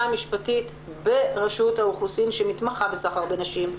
המשפטית ברשות האוכלוסין שמתמחה בסחר בנשים.